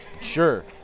Sure